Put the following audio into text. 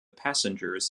passengers